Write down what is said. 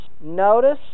Notice